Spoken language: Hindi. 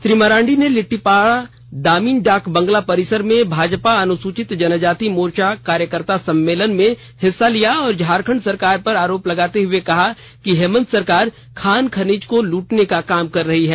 श्री मरांडी ने लिट्टीपाड़ा दामिन डाक बंगला परिसर में भाजपा अनुसूचित जनजाति मोर्चा कार्यकर्ता सम्मेलन में हिस्सा लिया और झारखंड सरकार पर आरोप लगाते हुए कहा कि हेमंत सरकार खान खनिज को लूटने का काम कर रही है